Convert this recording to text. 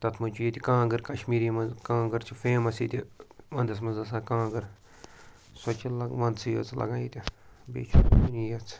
تَتھ منٛز چھِ ییٚتہِ کانٛگٕر کَشمیٖری منٛز کانٛگٕر چھِ فیمَس ییٚتہِ وَندَس منٛز آسان کانٛگٕر سۄ چھِ وَندسٕے یٲژ لَگان ییٚتہِ بیٚیہِ چھُ ییٚژ